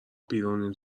بیرونین